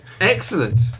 Excellent